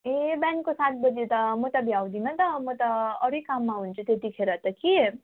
ए बिहानको सात बजे त म त भ्याउँदिनँ त म त अरू नै काममा हुन्छु त्यतिखेर त कि